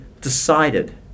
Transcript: decided